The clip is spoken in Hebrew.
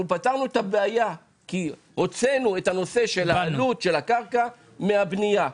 אנחנו פתרנו את הבעיה כי הוצאנו את הנושא של עלות הקרקע מהבנייה.